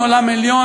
"עולם עליון",